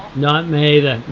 not me either.